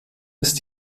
ist